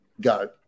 go